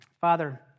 Father